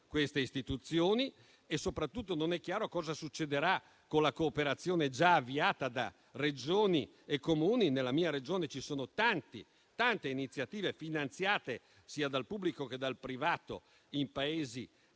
queste istituzioni e soprattutto non è chiaro cosa succederà con la cooperazione già avviata da Regioni e Comuni. Nella mia Regione ci sono tante iniziative finanziate sia dal pubblico che dal privato in Paesi